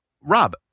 Rob